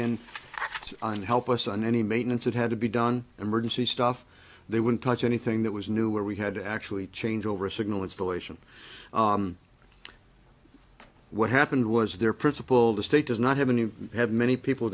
in and help us on any maintenance that had to be done emergency stuff they wouldn't touch anything that was new where we had to actually change over a signal installation what happened was their principle the state does not have any have many people